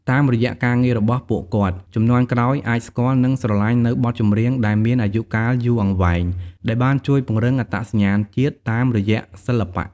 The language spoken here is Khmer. តាមរយៈការងាររបស់ពួកគាត់ ជំនាន់ក្រោយអាចស្គាល់ និងស្រឡាញ់នូវបទចម្រៀងដែលមានអាយុកាលយូរអង្វែង ដែលបានជួយពង្រឹង អត្តសញ្ញាណជាតិ តាមរយៈសិល្បៈ។